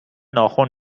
ناخن